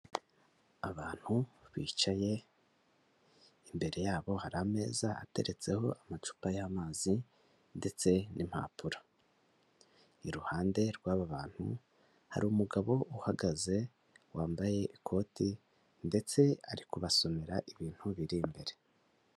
Abantu bicaye, imbere yabo hari ameza ateretseho amacupa y'amazi ndetse n'impapuro, iruhande rw'aba bantu hari umugabo uhagaze wambaye ikoti, ndetse ari kubasomera ibintu biri imbere.